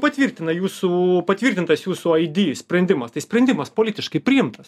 patvirtina jūsų patvirtintas jūsų aidi sprendimas tai sprendimas politiškai priimtas